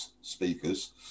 speakers